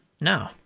No